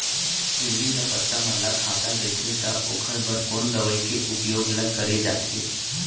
इल्ली ह पत्ता मन ला खाता देथे त ओखर बर कोन दवई के उपयोग ल करे जाथे?